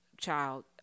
Child